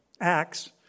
acts